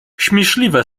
śmieszliwe